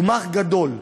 גמ"ח גדול,